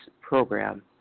program